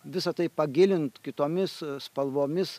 visa tai pagilint kitomis spalvomis